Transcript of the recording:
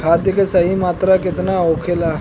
खाद्य के सही मात्रा केतना होखेला?